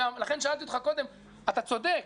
אתה צודק,